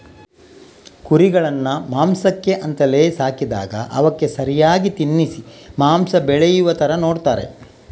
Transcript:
ಕುರಿಗಳನ್ನ ಮಾಂಸಕ್ಕೆ ಅಂತಲೇ ಸಾಕಿದಾಗ ಅವಕ್ಕೆ ಸರಿಯಾಗಿ ತಿನ್ನಿಸಿ ಮಾಂಸ ಬೆಳೆಯುವ ತರ ನೋಡ್ತಾರೆ